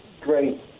great